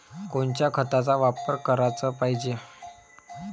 कोनच्या खताचा वापर कराच पायजे?